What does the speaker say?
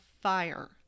fire